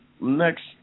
Next